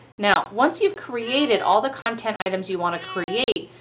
now once you've created all the content items you want to create,